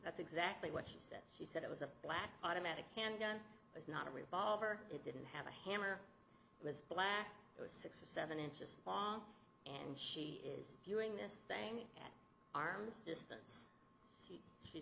that's exactly what she said she said it was a black automatic handgun was not a revolver it didn't have a hammer it was black it was six or seven inches long and she is doing this thing at arm's distance she s